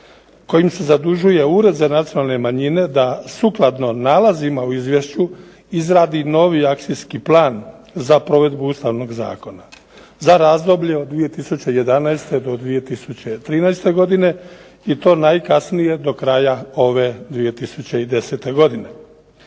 kojim se zadužuje Ured za nacionalne manjine da sukladno nalazima u izvješću izradi novi akcijski plan za provedbu Ustavnog zakona za razdoblje od 2011. do 2013. godine i to najkasnije do kraja ove 2010. godine.